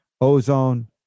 ozone